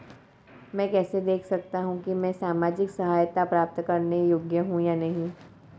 मैं कैसे देख सकता हूं कि मैं सामाजिक सहायता प्राप्त करने योग्य हूं या नहीं?